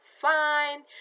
fine